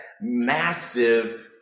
massive